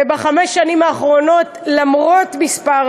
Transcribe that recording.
ובחמש השנים האחרונות, באמת, למרות מספר